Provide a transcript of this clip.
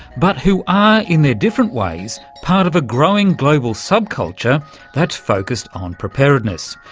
but who are, in their different ways, part of a growing global subculture that's focussed on preparedness,